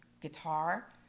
guitar